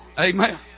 Amen